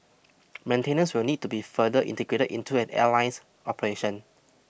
maintenance will need to be further integrated into an airline's operation